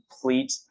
complete